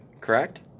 correct